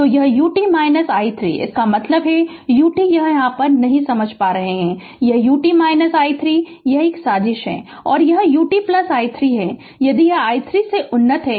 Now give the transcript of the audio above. तो यह u t i 3 इसका मतलब है कि u t यह नहीं समझ पाए हैं कि यह u t i 3 यह साजिश है और यह ut i 3 है यदि यह i 3 से उन्नत है